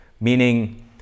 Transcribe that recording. meaning